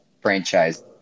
franchise